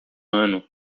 ano